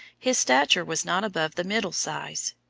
his stature was not above the middle size.